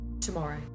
tomorrow